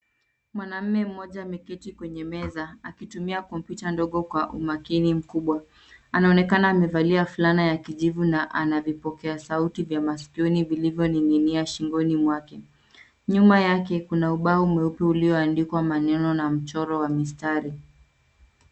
Mwanamume mmoja ameketi kwenye meza akitumia kompyuta ndogo kwa umakini mkubwa. Anaonekana amevalia fulana ya kijivu na ana vipokea sauti vya masikioni vilivyoning'inia shingoni mwake. Nyuma yake kuna ubao mweupe ulioandikwa maneno na mchoro wa mistari.